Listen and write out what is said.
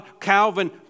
Calvin